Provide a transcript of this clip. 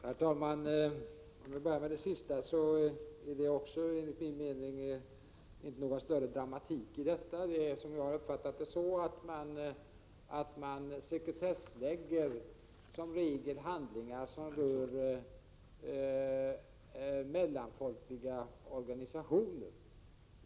Herr talman! För att börja med det sista, är det enligt min mening inte någon större dramatik i detta. Som jag har uppfattat det sekretessbeläggs som regel handlingar som rör mellanfolkliga organisationer.